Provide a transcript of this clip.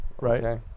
Right